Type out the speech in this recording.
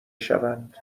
شوند